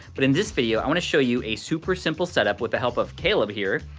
but in this video, i wanna show you a super simple setup with the help of caleb here,